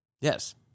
Yes